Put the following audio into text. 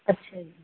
ਅੱਛਿਆ ਜੀ